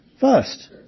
first